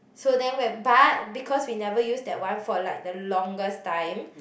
so then when but because we never use that one for like the longest time